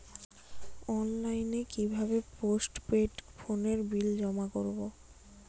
অনলাইনে কি ভাবে পোস্টপেড ফোনের বিল জমা করব?